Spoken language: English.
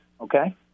okay